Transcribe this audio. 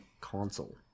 console